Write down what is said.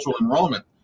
enrollment